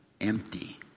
empty